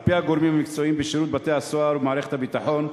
על-פי הגורמים המקצועיים בשירות בתי-הסוהר ובמערכת הביטחון,